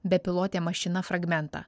bepilotė mašina fragmentą